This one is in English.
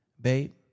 babe